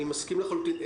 אני מסכים לחלוטין.